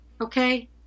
okay